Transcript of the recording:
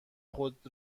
خود